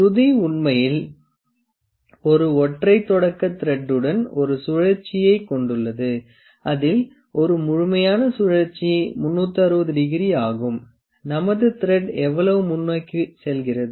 சுருதி உண்மையில் ஒரு ஒற்றை தொடக்க த்ரெட்டுடன் ஒரு சுழற்சியைக் கொண்டுள்ளது அதில் ஒரு முழுமையான சுழற்சி 360 டிகிரி ஆகும் நமது த்ரெட் எவ்வளவு முன்னோக்கி செல்கிறது